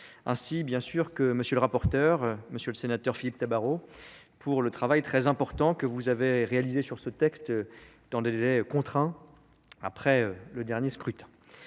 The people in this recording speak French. ainsi, bien sûr que M. le rapporteur M. le sénateur Philippe Tabar pour le travail très important que vous avez réalisé sur ce texte dans des délais contraints après le dernier scrutin